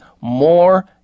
more